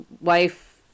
wife